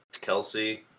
Kelsey